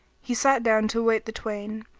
he sat down to await the twain,